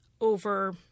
over